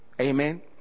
Amen